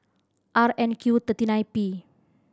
R N Q thirty nine P